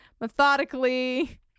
methodically